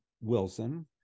Wilson